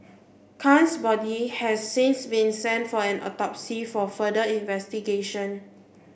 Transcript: khan's body has since been sent for an autopsy for further investigation